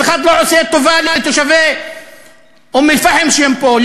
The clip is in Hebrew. אף אחד לא עושה טובה לתושבי אום-אלפחם שהם פה,